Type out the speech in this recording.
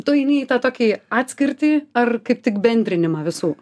tu eini į tą tokį atskirtį ar kaip tik bendrinimą visų